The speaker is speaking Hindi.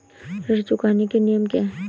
ऋण चुकाने के नियम क्या हैं?